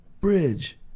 Bridge